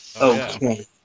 Okay